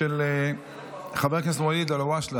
חבר הכנסת ואליד אלהואשלה